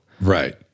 right